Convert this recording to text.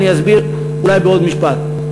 ואני אסביר אולי בעוד משפט.